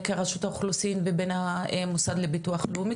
ראשות האוכלוסין וההגירה ולבין המוסד לביטוח לאומי.